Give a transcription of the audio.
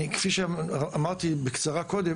כפי שאמרתי בקצרה קודם,